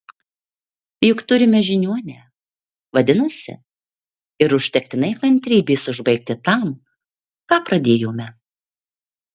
juk turime žiniuonę vadinasi ir užtektinai kantrybės užbaigti tam ką pradėjome